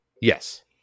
Yes